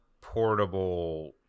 portable